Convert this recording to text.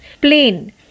Plain